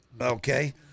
Okay